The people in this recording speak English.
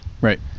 Right